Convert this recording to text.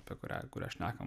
apie kurią šnekam